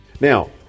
Now